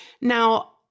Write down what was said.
Now